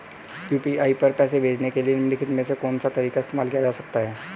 UPI पर पैसे भेजने के लिए निम्नलिखित में से कौन सा तरीका इस्तेमाल किया जा सकता है?